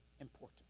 important